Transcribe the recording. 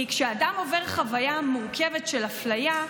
כי כשאדם עובר חוויה מורכבת של אפליה,